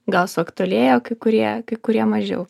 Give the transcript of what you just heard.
gal suaktualėjo kai kurie kai kurie mažiau